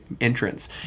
entrance